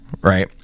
right